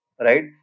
right